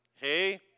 Hey